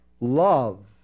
Love